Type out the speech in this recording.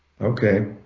Okay